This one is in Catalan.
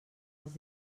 els